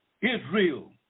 Israel